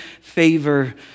favor